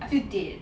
I feel dead